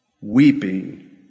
Weeping